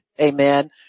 Amen